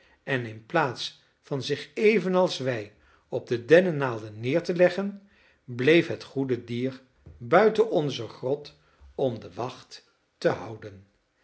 en in plaats van zich evenals wij op de dennenaalden neer te leggen bleef het goede dier buiten onze grot om de wacht te houden